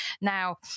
Now